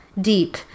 deep